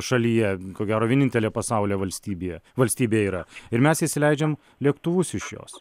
šalyje ko gero vienintelėje pasaulio valstybėje valstybėje yra ir mes įsileidžiam lėktuvus iš jos